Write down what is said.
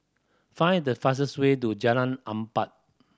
find the fastest way to Jalan Empat